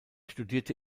studierte